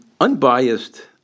unbiased